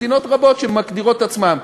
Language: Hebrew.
מדינות רבות שמגדירות את עצמן,